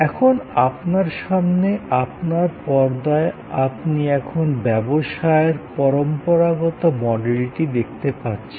এখন আপনার সামনে আপনার পর্দায় আপনি এখন ব্যবসায়ের পরম্পরাগত মডেলটি দেখতে পাচ্ছেন